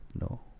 no